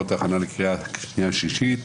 התשפ"ג-2023.